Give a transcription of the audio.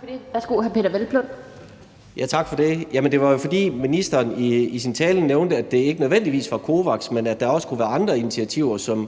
Hvelplund. Kl. 16:40 Peder Hvelplund (EL): Tak for det. Jamen det var jo, fordi ministeren i sin tale nævnte, at det ikke nødvendigvis var COVAX, men at der også kunne være andre initiativer